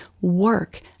work